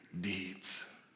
deeds